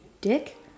dick